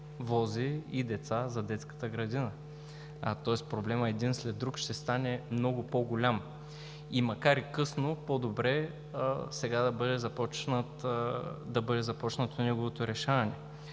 вози и деца за детската градина. Тоест проблемът един след друг ще стане много по-голям. И макар и късно, по-добре сега да бъде започнато неговото решаване.